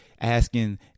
asking